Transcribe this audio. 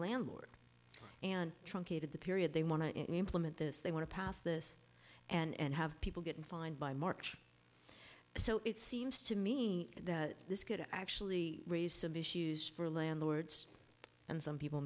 truncated the period they want to implement this they want to pass this and have people getting fined by march so it seems to me that this could actually raise some issues for landlords and some people